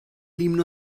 himno